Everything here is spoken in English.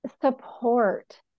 support